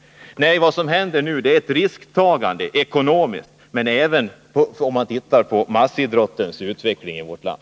Det som händer nu är ett ekonomiskt risktagande, men det berör även massidrottens utveckling i vårt land.